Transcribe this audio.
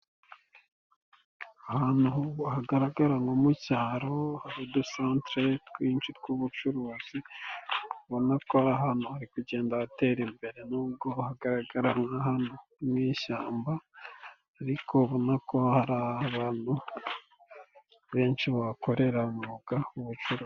Ahantu hagaragara nko mu cyaro, hari udusantere twinshi tw'ubucuruzi, ubona ko aha hantu hari kugenda hatera imbere, nubwo hagara hagaragara nk'antu mu ishyamba ariko ubona ko hari abantu benshi bahakorera umwuga w'ubucuruzi.